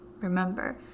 remember